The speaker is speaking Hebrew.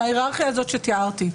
עם ההיררכיה הזאת שתיארתי?